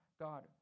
God